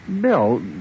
Bill